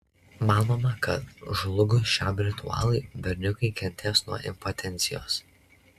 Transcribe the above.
manoma kad žlugus šiam ritualui berniukai kentės nuo impotencijos